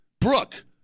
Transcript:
Brooke